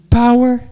power